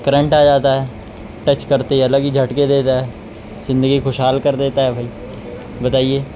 current آ جاتا ہے ٹچ کرتے ہی الگ جھٹکے دیتا ہے زندگی خوشحال کر دیتا ہے بھائی بتائیے